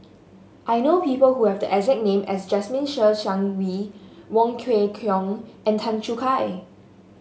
I know people who have the exact name as Jasmine Ser Xiang Wei Wong Kwei Cheong and Tan Choo Kai